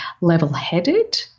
level-headed